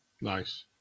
Nice